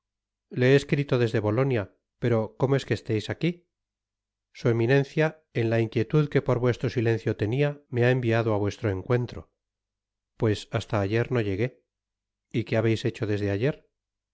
le he escrito desde bolonia pero cómo es que esteis aqui su eminencia en la inquietud que por vuestro silencio tenia me ha enviado á vuestro encuentro pues hasta ayer no llegué y qué habeis hecho desde ayer